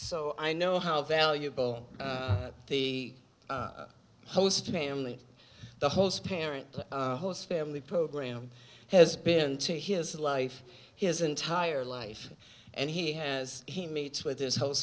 so i know how valuable the host family the host parent host family program has been to his life his entire life and he has he meets with his whole